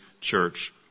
church